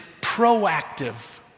proactive